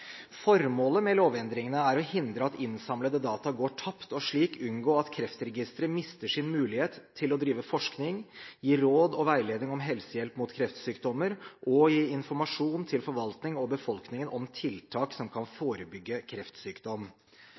Formålet med lovendringene er å hindre at innsamlede data går tapt, og slik unngå at Kreftregisteret mister sin mulighet til å drive forskning, gi råd og veiledning om helsehjelp mot kreftsykdommer og gi informasjon til forvaltning og befolkningen om tiltak som kan forebygge kreftsykdom.